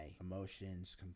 emotions